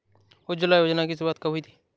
उज्ज्वला योजना की शुरुआत कब हुई थी?